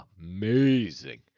amazing